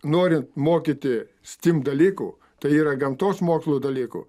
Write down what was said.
nori mokyti steam dalykų tai yra gamtos mokslų dalykų